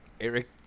Eric